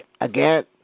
again